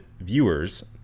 viewers